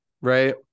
right